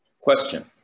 Question